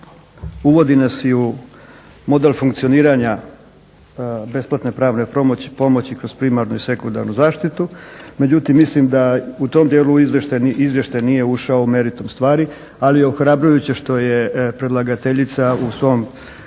uvodi nas i u model funkcioniranja besplatne pravne pomoći kroz primarnu i sekundarnu zaštitu. Međutim, mislim da u tom dijelu izvještaj nije ušao u meritum stvari, ali je ohrabrujuće što je predlagateljica u svom